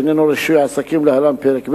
שעניינו רישוי עסקים להלן: פרק ב'